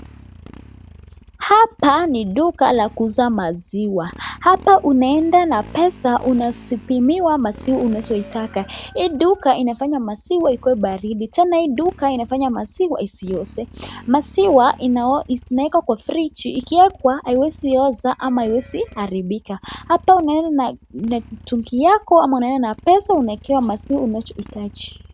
Hapa ni duka la kuuza maziwa ,hapa unaenda na pesa unazipimiwa maziwa unayoitaka. Hii duka inafanya maziwa ikuwe baridi, tena hii duka inafanya maziwa isioze, maziwa inawekwa kwa friji ikiwekwa haiwezi oza ama haiwezi haribika hapa unaenda na mtungi yako ama unaenda na pesa unaekewa maziwa unachohitaji.